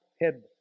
head